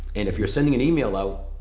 and if you're sending an email out,